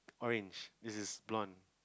orange this is blonde